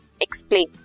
Explain